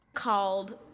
called